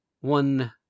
one